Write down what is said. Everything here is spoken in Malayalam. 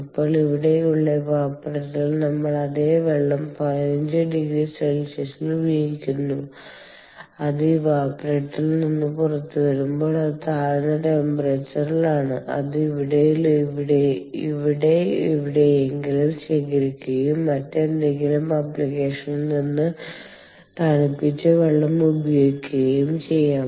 ഇപ്പോൾ ഇവിടെയുള്ള ഇവാപറേറ്ററിൽ നമ്മൾ അതേ വെള്ളം 15oC ൽ ഉപയോഗിക്കുന്നു അത് ഇവാപറേറ്ററിൽ നിന്ന് പുറത്തുവരുമ്പോൾ അത് താഴ്ന്ന ടെമ്പറേച്ചറിൽ ആണ് അത് ഇവിടെ എവിടെയെങ്കിലും ശേഖരിക്കുകയും മറ്റേതെങ്കിലും ആപ്ലിക്കേഷനിൽ നിന്ന് തണുപ്പിച്ച വെള്ളം ഉപയോഗിക്കുകയും ചെയ്യാം